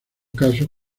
casos